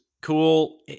cool